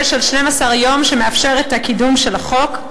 של 12 יום שמאפשר את הקידום של החוק,